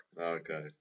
Okay